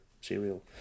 cereal